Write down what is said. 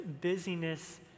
busyness